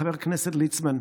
לחבר הכנסת ליצמן,